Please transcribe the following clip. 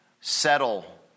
settle